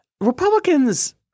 Republicans